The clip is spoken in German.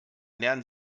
lernen